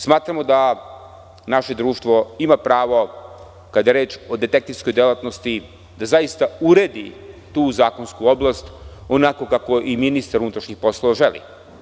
Smatramo da naše društvo ima pravo, kada je reč o detektivskoj delatnosti, da zaista uredi tu zakonsku oblast onako kako i ministar unutrašnjih poslova želi.